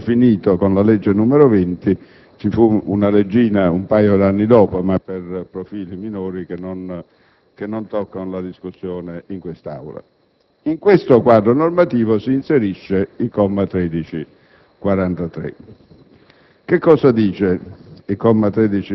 quello definito con la legge n. 20 (ci fu una leggina un paio di anni dopo, ma per profili minori che non toccano la discussione in quest'Aula). In questo quadro normativo si inserisce il comma 1343